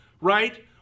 right